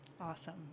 Awesome